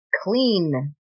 clean